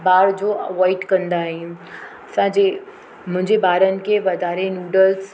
ॿाहिरि जो अवॉइड कंदा आहियूं असांजे मुंहिंजे ॿारनि खे वधारे नूडल्स